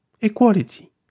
equality